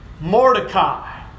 Mordecai